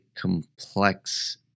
complex